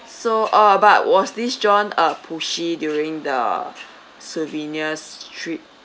so uh but was this john uh pushy during the souvenirs trip